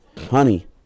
Honey